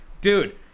Dude